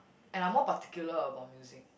and I'm more particular about music